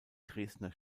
dresdner